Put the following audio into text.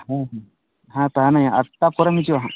ᱦᱮᱸ ᱦᱮᱸ ᱦᱮᱸ ᱛᱟᱦᱮᱱᱟᱹᱧ ᱦᱟᱜ ᱟᱸᱴᱟ ᱯᱚᱨᱮᱢ ᱦᱤᱡᱩᱜᱼᱟ